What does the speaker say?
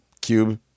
cube